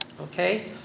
Okay